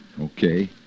Okay